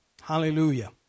hallelujah